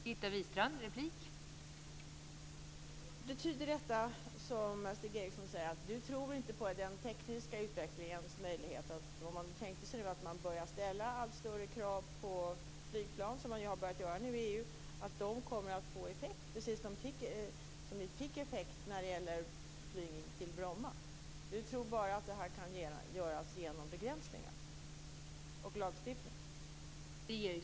Fru talman! Betyder detta att Stig Eriksson inte tror på möjligheterna inom den tekniska utvecklingen? Kan inte de större krav som ställs på flygplan inom EU få effekt? Kraven fick effekt när det gäller flyget till Bromma. Stig Eriksson tror att detta bara kan göras genom begränsningar och lagstiftning.